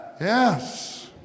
Yes